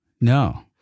No